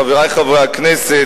חברי חברי הכנסת,